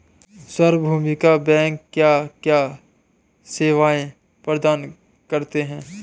सार्वभौमिक बैंक क्या क्या सेवाएं प्रदान करते हैं?